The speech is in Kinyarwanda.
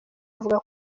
avuga